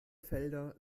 felder